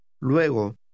Luego